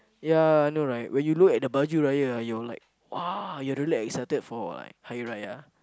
ya no like when you look at the baju raya ah you are like !wah! you are really excited for like Hari-Raya